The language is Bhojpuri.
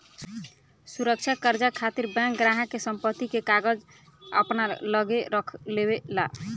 सुरक्षा कर्जा खातिर बैंक ग्राहक के संपत्ति के कागज अपना लगे रख लेवे ला